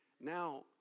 Now